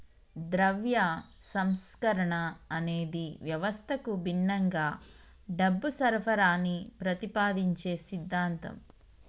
ద్రవ్య సంస్కరణ అనేది వ్యవస్థకు భిన్నంగా డబ్బు సరఫరాని ప్రతిపాదించే సిద్ధాంతం